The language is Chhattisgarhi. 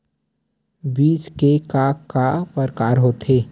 बीज के का का प्रकार होथे?